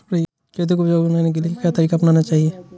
खेती को उपजाऊ बनाने के लिए क्या तरीका अपनाना चाहिए?